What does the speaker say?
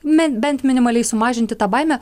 me bent minimaliai sumažinti tą baimę